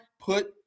put